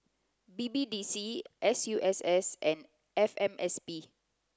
B B D C S U S S and F M S B